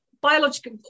biological